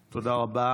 תודה.